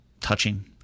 touching